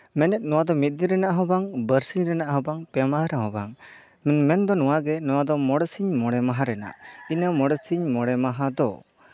ᱢᱮᱱᱮᱫ ᱱᱚᱣᱟ ᱫᱚ ᱢᱤᱫ ᱫᱤᱱ ᱨᱮᱱᱟᱜ ᱦᱚᱸ ᱵᱟᱝ ᱵᱟᱨᱥᱤᱧ ᱨᱮᱱᱟᱜ ᱦᱚᱸ ᱯᱮ ᱢᱟᱦᱟ ᱨᱮᱦᱚᱸ ᱵᱟᱝ ᱢᱮᱱᱫᱚ ᱱᱚᱣᱟᱜᱮ ᱢᱮᱱᱫᱚ ᱢᱚᱲᱮ ᱥᱤᱧ ᱢᱚᱬᱮ ᱢᱟᱦᱟ ᱨᱮᱱᱟᱜ ᱤᱱᱟᱹ ᱢᱚᱬᱮ ᱥᱤᱧ ᱢᱚᱬᱮ ᱢᱟᱦᱟ ᱫᱚ